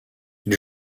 ils